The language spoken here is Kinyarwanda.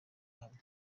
uhamye